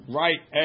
right